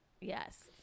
Yes